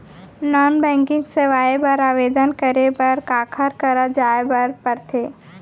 non banking सेवाएं बर आवेदन करे बर काखर करा जाए बर परथे